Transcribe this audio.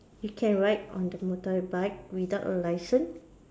you can ride on the motorbike without a licence